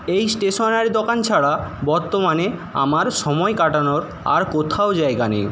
এই স্টেসনারি দোকান ছাড়া বর্তমানে আমার সময় কাটানোর আর কোথাও জায়গা নেই